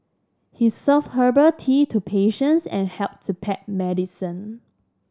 he served herbal tea to patients and helped to pack medicine